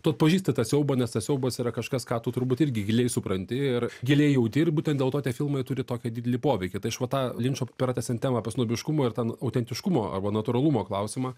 tu atpažįsti tą siaubą nes tas siaubas yra kažkas ką tu turbūt irgi giliai supranti ir giliai jauti ir būtent dėl to tie filmai turi tokį didelį poveikį tai aš vat tą linčo pratęsiant temą apie snobiškumą ir ten autentiškumo arba natūralumo klausimą